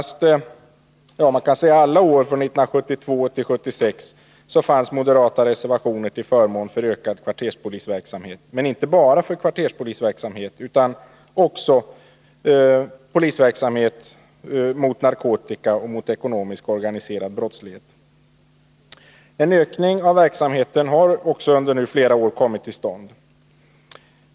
Under alla år från 1972 till 1976 har det funnits moderata reservationer till förmån för ökad kvarterspolisverksamhet, men inte bara för kvarterspolisverksamhet utan också för polisverksamhet mot narkotika och organiserad ekonomisk brottslighet. Under flera år har det också skett en ökning av verksamheten.